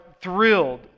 thrilled